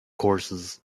courses